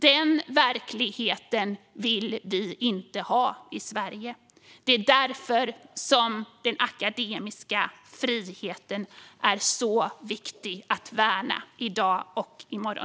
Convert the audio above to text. Denna verklighet vill vi inte ha i Sverige. Det är därför den akademiska friheten är så viktig att värna i dag och i morgon.